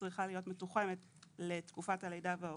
צריכה להיות מתוחמת לתקופת הלידה וההורות,